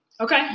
Okay